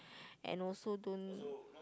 and also don't